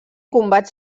combats